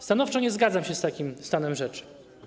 Stanowczo nie zgadzam się z takim stanem rzeczy.